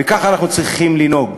וככה אנחנו צריכים לנהוג.